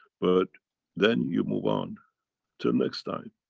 but then you move on till next time.